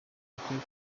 bakwiye